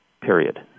period